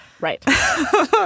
Right